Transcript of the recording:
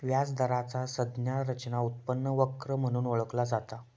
व्याज दराचा संज्ञा रचना उत्पन्न वक्र म्हणून ओळखला जाता